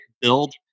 build